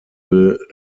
will